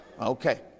Okay